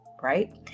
right